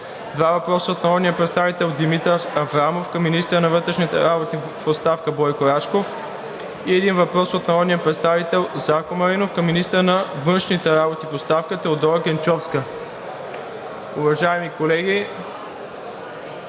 два въпроса от народния представител Димитър Аврамов към министъра на вътрешните работи в оставка Бойко Рашков; - един въпрос от народния представител Зарко Маринов към министъра на външните работи в оставка Теодора Генчовска. НАСТИМИР АНАНИЕВ